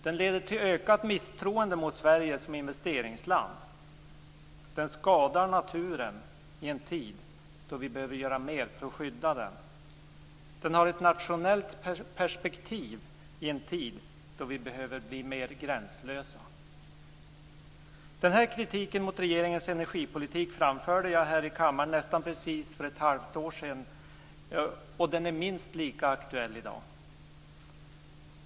Den leder till ökat misstroende mot Sverige som investeringsland. Den skadar naturen i en tid då vi behöver göra mer för att skydda den. Den har ett nationellt perspektiv i en tid då vi behöver bli mer gränslösa. Den här kritiken mot regeringens energipolitik framförde jag här i kammaren för nästan precis ett halvår sedan, och den är minst lika aktuell i dag.